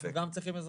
אנחנו גם צריכים עזרה.